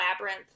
labyrinth